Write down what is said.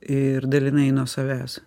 ir dalinai nuo savęs